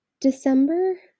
December